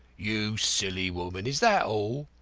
you silly woman! is that all?